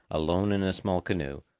alone in a small canoe,